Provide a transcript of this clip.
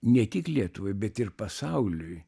ne tik lietuvai bet ir pasauliui